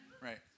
right